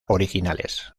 originales